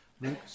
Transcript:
Luke